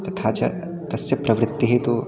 तथा च तस्य प्रवृत्तिः तु